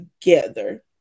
together